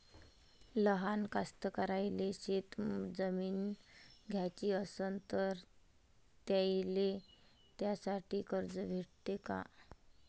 लहान कास्तकाराइले शेतजमीन घ्याची असन तर त्याईले त्यासाठी कर्ज भेटते का?